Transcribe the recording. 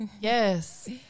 Yes